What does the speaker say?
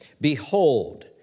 Behold